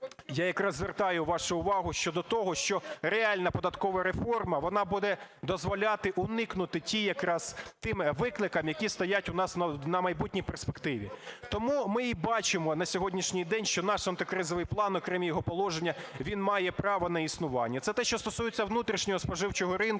я якраз звертаю вашу увагу щодо того, що реальна податкова реформа, вона буде дозволяти уникнути тих викликів, які стоять у нас на майбутній перспективі. Тому ми і бачимо на сьогоднішній день, що наш антикризовий план, окремі його положення, він має право на існування. Це те, що стосується внутрішнього споживчого ринку